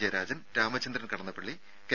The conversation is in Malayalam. ജയരാജൻ രാമചന്ദ്രൻ കടന്നപ്പള്ളി കെ